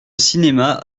cinéma